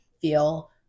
feel